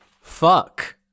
fuck